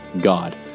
God